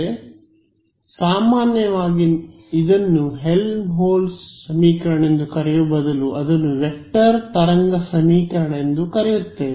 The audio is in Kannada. ಆದ್ದರಿಂದ ಸಾಮಾನ್ಯವಾಗಿ ನಾವು ಇದನ್ನು ಹೆಲ್ಮ್ಹೋಲ್ಟ್ಜ್ ಸಮೀಕರಣ ಎಂದು ಕರೆಯುವ ಬದಲು ಅದನ್ನು ವೆಕ್ಟರ್ ತರಂಗ ಸಮೀಕರಣ ಎಂದು ಕರೆಯುತ್ತೇವೆ